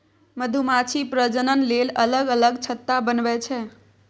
मधुमाछी प्रजनन लेल अलग अलग छत्ता बनबै छै